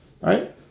Right